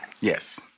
Yes